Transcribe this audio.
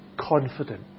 confident